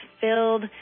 filled